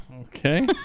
Okay